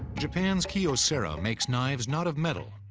japan's kyocera makes knives not of metal,